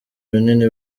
binini